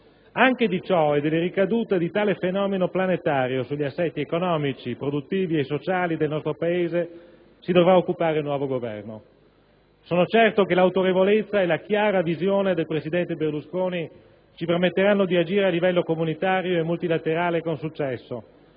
Anche di ciò e delle ricadute di tale fenomeno planetario sugli assetti economici, produttivi e sociali del nostro Paese si dovrà occupare il nuovo Governo. Sono certo che l'autorevolezza e la chiara visione del presidente Berlusconi ci permetteranno di agire a livello comunitario e multilaterale con successo.